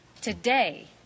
Today